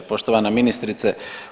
Poštovana ministrice.